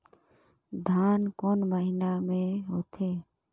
धान कोन महीना मे होथे?